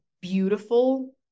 beautiful